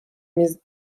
میز